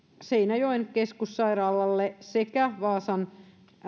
seinäjoen keskussairaalalle sekä vaasan